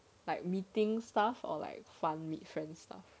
like meeting stuff or like fun